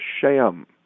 sham